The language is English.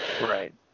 Right